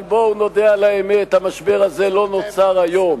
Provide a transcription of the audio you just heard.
אבל בואו נודה על האמת: המשבר הזה לא נוצר היום,